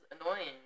annoying